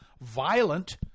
violent